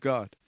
God